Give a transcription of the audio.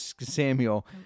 Samuel